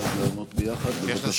ואז לענות ביחד?